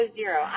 zero